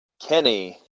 Kenny